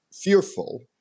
Fearful